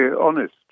honest